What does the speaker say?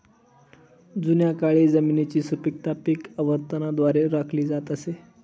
जुन्या काळी जमिनीची सुपीकता पीक आवर्तनाद्वारे राखली जात असे